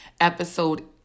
episode